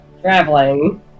Traveling